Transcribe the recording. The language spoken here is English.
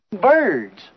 birds